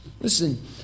Listen